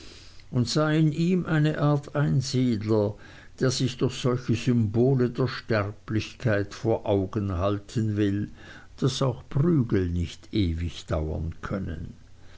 und sah in ihm eine art einsiedler der sich durch solche symbole der sterblichkeit vor augen halten will daß auch prügel nicht ewig dauern können